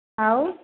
ଆଉ